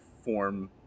form